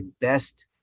best